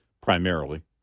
primarily